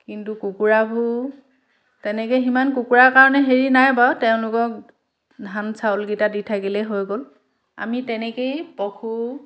কিন্তু কুকুৰাবোৰ তেনেকৈ সিমান কুকুৰাৰ কাৰণে হেৰি নাই বাৰু তেওঁলোকক ধান চাউলগিটা দি থাকিলে হৈ গ'ল আমি তেনেকেই পশু